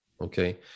Okay